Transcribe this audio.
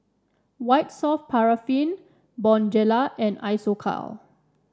White Soft Paraffin Bonjela and Isocal